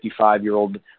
55-year-old